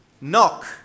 Knock